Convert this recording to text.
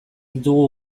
ditugu